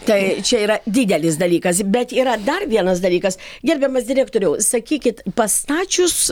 tai čia yra didelis dalykas bet yra dar vienas dalykas gerbiamas direktoriau sakykit pastačius